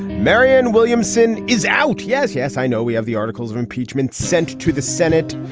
marianne williamson is out. yes, yes. i know we have the articles of impeachment sent to the senate.